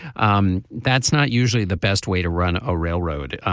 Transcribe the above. um that's not usually the best way to run a railroad.